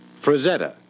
Frazetta